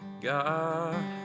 God